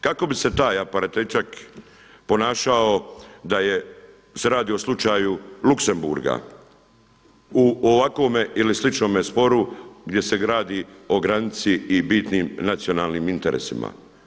Kako bi se taj … ponašao da se radi o slučaju Luksemburga u ovakvome ili sličnome sporu gdje se radi o granici i bitnim nacionalnim interesima.